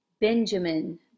Benjamin